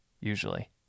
Usually